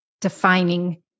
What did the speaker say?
defining